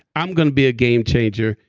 i'm going to be a game changer.